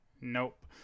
Nope